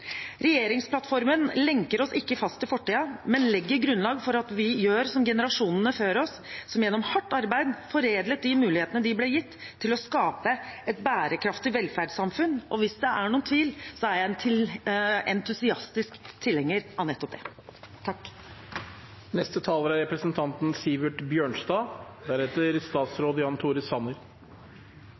Regjeringsplattformen lenker oss ikke fast i fortiden, men legger grunnlag for at vi gjør som generasjonene før oss, som gjennom hardt arbeid foredlet de mulighetene de ble gitt, til å skape et bærekraftig velferdssamfunn. Og hvis det er noen tvil, er jeg en entusiastisk tilhenger av nettopp det.